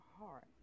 heart